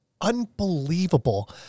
unbelievable